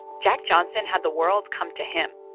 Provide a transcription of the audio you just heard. jack johnson had the world come to him.